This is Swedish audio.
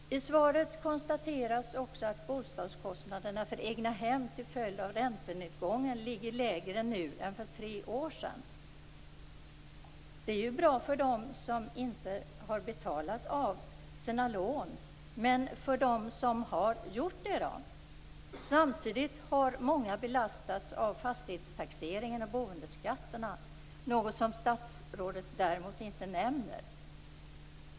I svaret konstateras också att bostadskostnaderna för egnahem till följd av räntenedgången ligger lägre nu än för tre år sedan. Det är bra för dem som inte har betalat av sina lån, men vad innebär det för dem som har betalat dem? Samtidigt har många belastats av fastighetstaxeringen och boendeskatterna, något som statsrådet däremot inte nämner.